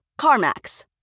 CarMax